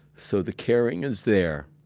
so, the caring is there.